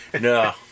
No